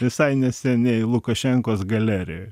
visai neseniai lukašenkos galerijoj